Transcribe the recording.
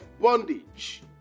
bondage